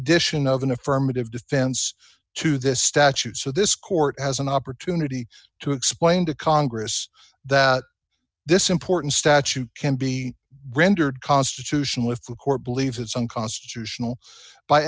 addition of an affirmative defense to this statute so this court has an opportunity to explain to congress that this important statute can be rendered constitutional if the court believes it's unconstitutional by